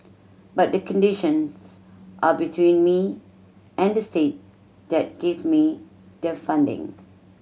but the conditions are between me and the state that give me the funding